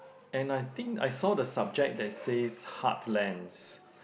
and I think I saw the subject that says heart lands